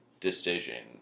decision